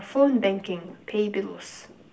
phone banking pay bills